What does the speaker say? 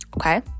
Okay